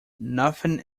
nothing